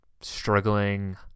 struggling